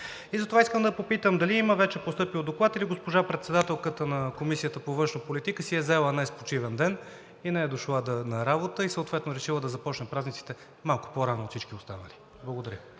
Затова искам да попитам дали има вече постъпил Доклад или госпожа председателката на Комисията по външна политика си е взела днес почивен ден и не е дошла на работа, и съответно е решила да започне празниците малко по-рано от всички останали? Благодаря.